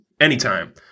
anytime